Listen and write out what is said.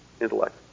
intellect